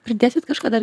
pridėsit kažką dar